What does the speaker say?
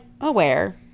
aware